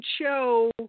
show